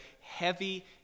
heavy